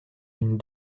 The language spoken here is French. une